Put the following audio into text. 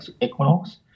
equinox